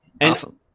Awesome